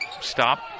stop